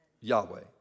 Yahweh